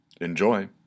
Enjoy